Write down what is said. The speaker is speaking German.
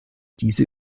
diese